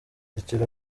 rekera